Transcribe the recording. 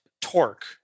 Torque